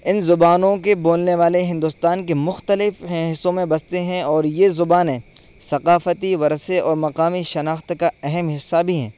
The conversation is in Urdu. ان زبانوں کے بولنے والے ہندوستان کے مختلف ہیں حصوں میں بستے ہیں اور یہ زبانیں ثقافتی ورثے اور مقامی شناخت کا اہم حصہ بھی ہیں